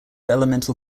elemental